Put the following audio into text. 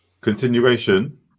Continuation